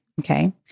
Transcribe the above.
Okay